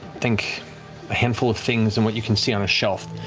think a handful of things and what you can see on a shelf.